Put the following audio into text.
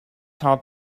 heart